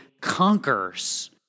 conquers